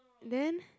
then